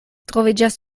troviĝas